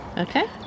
Okay